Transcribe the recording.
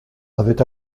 avait